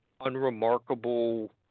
unremarkable